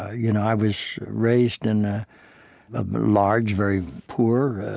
ah you know i was raised in a large, very poor